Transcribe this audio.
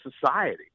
society